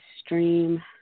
stream